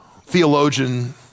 theologian